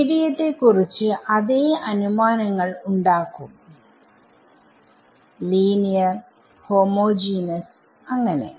മീഡിയത്തെ കുറിച്ച് അതേ അനുമാനങ്ങൾ ഉണ്ടാക്കും ലിനീയർഹോമോജീനസ്അങ്ങനെ